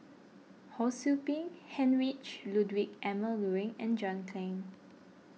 Ho Sou Ping Heinrich Ludwig Emil Luering and John Clang